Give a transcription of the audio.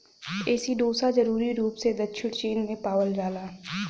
एसिडोसा जरूरी रूप से दक्षिणी चीन में पावल जाला